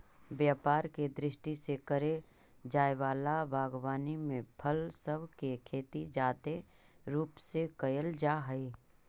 व्यापार के दृष्टि से करे जाए वला बागवानी में फल सब के खेती जादे रूप से कयल जा हई